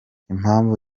impamvu